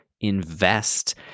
Invest